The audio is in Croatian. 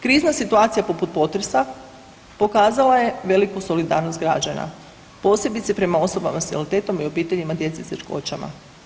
Krizna situacija poput potresa pokazala je veliku solidarnost građana posebice prema osobama s invaliditetom i obiteljima djece s teškoćama.